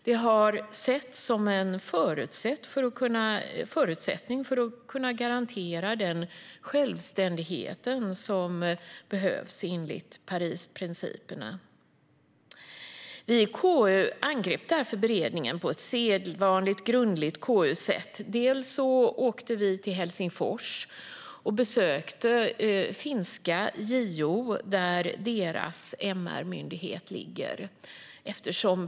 Det har setts som en förutsättning för att vi ska kunna garantera den självständighet som behövs enligt Parisprinciperna. Vi i KU angrep därför beredningen på sedvanligt grundligt KU-sätt. Bland annat åkte vi till Helsingfors och besökte finska JO, där landets MR-myndighet ligger.